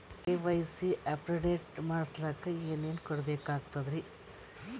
KYC update ಮಾಡಸ್ಲಕ ಏನೇನ ಕೊಡಬೇಕಾಗ್ತದ್ರಿ?